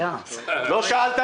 אני --- אתה לא יכול רגע להוציא מחשב?